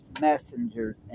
messengers